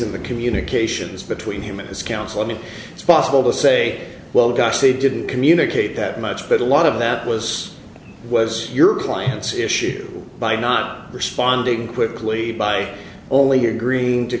in the communications between him and his counsel i mean it's possible to say well gosh they didn't communicate that much but a lot of that was was your client's issue by not responding quickly by only agreeing to